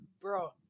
bro